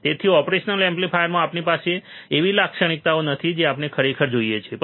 તેથી ઓપરેશનલ એમ્પ્લીફાયરમાં આપણી પાસે એવી લાક્ષણિકતાઓ નથી જે આપણે ખરેખર જોઈએ છે